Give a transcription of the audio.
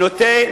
זה הכי פשוט.